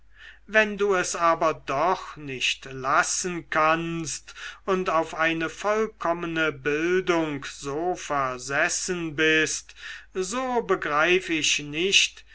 wenn du es aber doch nicht lassen kannst und auf eine vollkommene bildung so versessen bist so begreif ich nicht